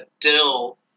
Dill